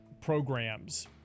programs